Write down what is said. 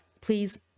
please